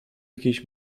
jakiejś